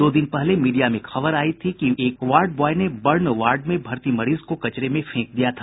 दो दिन पहले मीडिया में खबर आयी थी कि एक वार्ड ब्वाय ने बर्न वार्ड में भर्ती मरीज को कचरे में फेंक दिया था